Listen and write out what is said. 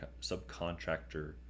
subcontractor